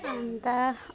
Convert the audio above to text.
अन्त